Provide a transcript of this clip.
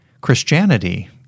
Christianity